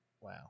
Wow